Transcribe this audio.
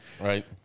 Right